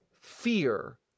fear